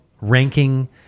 ranking